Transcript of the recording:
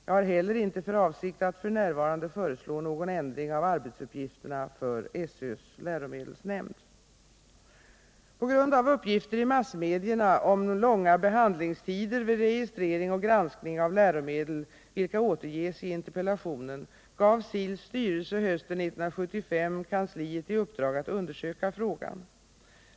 Jag har heller inte för avsikt att f. n. föreslå någon ändring av arbetsuppgifterna för SÖ:s läromedelsnämnd. På grund av uppgifter i massmedierna om långa behandlingstider vid registrering och granskning av läromedel, vilka återges i interpellationen, gav SIL:s styrelse hösten 1975 kansliet i uppdrag att undersöka frågan.